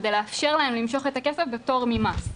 כדי לאפשר להם למשוך את הכסף בפטור ממס.